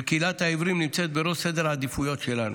וקהילת העיוורים נמצאת בראש סדר העדיפויות שלנו.